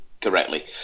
correctly